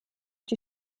die